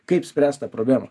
kaip spręst tą problemą